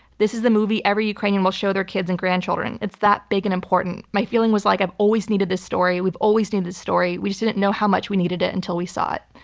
this is the movie every ukrainian will show their kids and grandchildren. it's that big and important. my feeling was like i've always needed this story, we've always needed this story, we just didn't know how much we needed it until we saw it.